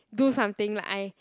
do something like I